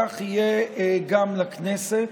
כך יהיה גם לכנסת.